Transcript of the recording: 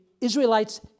Israelites